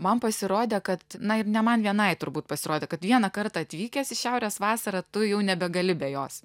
man pasirodė kad na ir ne man vienai turbūt pasirodė kad vieną kartą atvykęs į šiaurės vasarą tu jau nebegali be jos